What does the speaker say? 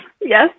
Yes